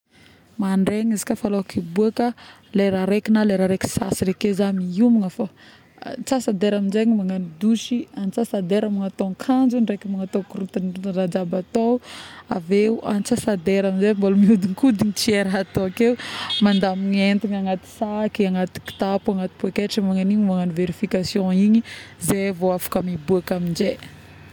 Mandraigny izy ka alôky iboaka, lera raiky na lera na lera raiky sy sasagny ake za miomagna fôgna antasa-dera amin'zegny magnano douche, antsas-dera magnatao akanjo, ndraiky magnatao korontagna raha jiaby, atao avieo antsas-dera amin'zay miodikodigna tsy hay raha atao akeo mandamigny ny entagna agnaty saky, agnaty kitapo, agnaty poketra, magnao igny, magnao verification igny zay vao afaka mibôka aminjay